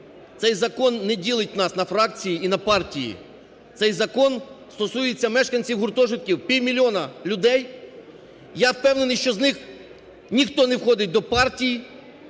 Цей закон не ділить нас на фракції і на партії. Цей закон стосується мешканців гуртожитків, півмільйона людей. Я впевнений, що з них ніхто не входить до партій